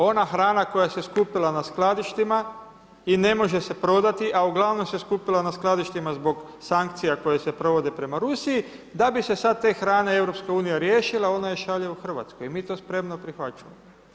Ona hrana koja se skupila na skladištima i ne može se prodati, a uglavnom se skupila na skladištima, zbog sankcijama koje se provode prema Rusiji, da bi se sad te hrane EU, riješila onda je šalje u Hrvatsku i mi to spremno prihvaćamo.